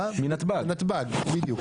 בדיוק.